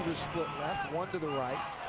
split left, one to the right.